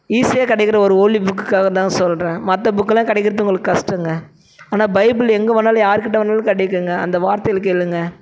ஈஸியாக கிடைக்குற ஒரு ஹோலி புக்குக்காக தாங்க சொல்கிறேன் மற்ற புக்கொலாம் கிடைக்குறது உங்களுக்கு கஷ்டங்க ஆனால் பைபிள் எங்கே வேண்ணாலும் யார்க் கிட்டே வேண்ணாலும் கிடைக்குங்க அந்த வார்த்தைகளை கேளுங்க